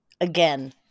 again